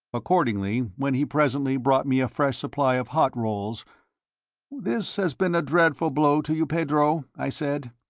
accordingly, when he presently brought me a fresh supply of hot rolls this has been a dreadful blow to you, pedro? i said.